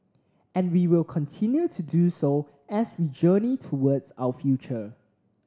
and we will continue to do so as we journey towards our future